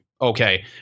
okay